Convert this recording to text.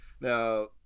Now